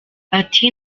ati